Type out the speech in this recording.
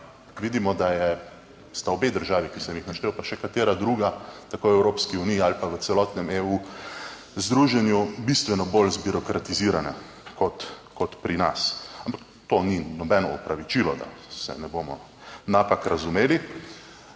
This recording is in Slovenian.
vidimo, da sta obe državi, ki sem jih naštel, pa še katera druga, tako v Evropski uniji ali pa v celotnem EU združenju bistveno bolj zbirokratizirana kot pri nas. Ampak to ni nobeno opravičilo, da se ne bomo napak razumeli.